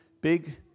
big